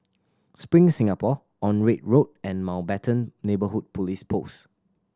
Spring Singapore Onraet Road and Mountbatten Neighbourhood Police Post